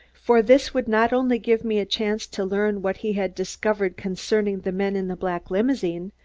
for this would not only give me a chance to learn what he had discovered concerning the men in the black limousine,